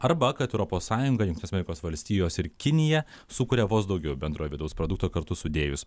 arba kad europos sąjunga jungtinių amerikos valstijos ir kinija sukuria vos daugiau bendrojo vidaus produkto kartu sudėjus